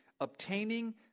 obtaining